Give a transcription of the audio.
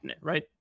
right